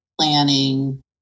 planning